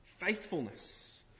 Faithfulness